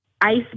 ice